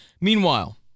Meanwhile